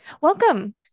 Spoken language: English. Welcome